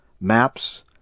maps